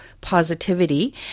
Positivity